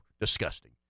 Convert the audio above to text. disgusting